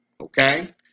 okay